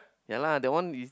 ya lah that one is